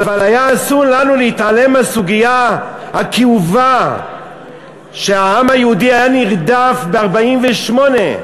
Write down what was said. אבל היה אסור לנו להתעלם מהסוגיה הכאובה שהעם היהודי היה נרדף ב-1948,